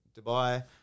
dubai